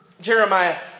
Jeremiah